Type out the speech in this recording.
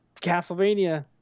Castlevania